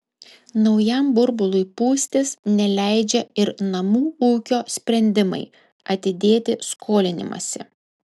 naujam burbului pūstis neleidžia ir namų ūkio sprendimai atidėti skolinimąsi